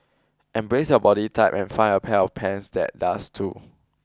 embrace your body type and find a pair of pants that does too